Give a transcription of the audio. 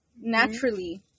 naturally